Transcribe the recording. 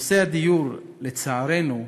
הדיור, לצערנו,